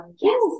yes